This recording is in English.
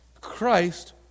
Christ